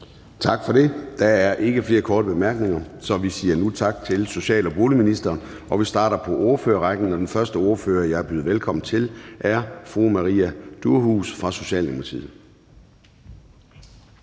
Tak for det. Der er ikke flere korte bemærkninger, så vi siger nu tak til social- og boligministeren. Vi starter nu på ordførerrækken, og den første ordfører, jeg byder velkommen til, er fru Maria Durhuus fra Socialdemokratiet.